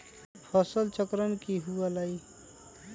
फसल चक्रण की हुआ लाई?